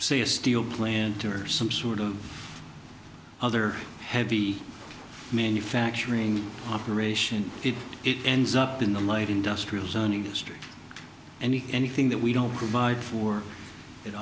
a steel plant or some sort of other heavy manufacturing operation if it ends up in the light industrial zone industry and anything that we don't provide for it